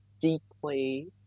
deeply